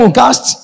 cast